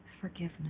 forgiveness